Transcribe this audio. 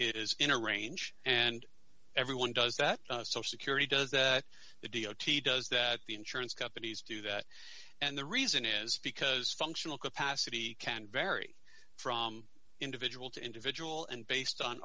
is in a range and everyone does that social security does that the d o t does that the insurance companies do that and the reason is because functional capacity can vary from individual to individual and based on